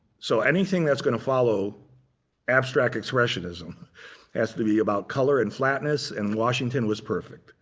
so anything that's going to follow abstract expressionism has to be about color and flatness, and washington was perfect.